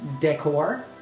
Decor